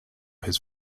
his